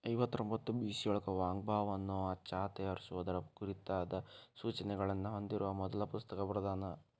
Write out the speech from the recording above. ಐವತ್ತರೊಂಭತ್ತು ಬಿಸಿಯೊಳಗ Wang Bao ಅನ್ನವಾ ಚಹಾ ತಯಾರಿಸುವುದರ ಕುರಿತಾದ ಸೂಚನೆಗಳನ್ನ ಹೊಂದಿರುವ ಮೊದಲ ಪುಸ್ತಕ ಬರ್ದಾನ